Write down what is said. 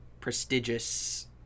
prestigious